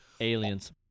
aliens